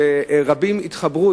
ורבים התחברו,